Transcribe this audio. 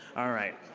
all right.